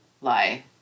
lie